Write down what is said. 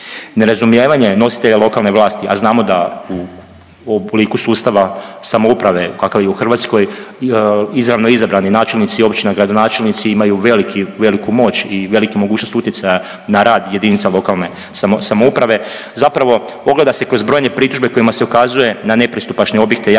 Nerazumijevanje nositelja lokalne vlasti, a znamo da u obliku sustava samouprave kakav je u Hrvatskoj, izravno izabrani načelnici općina, gradonačelnici imaju veliki, veliku moć i veliku mogućnost utjecaja na rad jedinica lokalne samouprave, zapravo ogleda se kroz brojne pritužbe kojima se ukazuje na nepristupačne objekte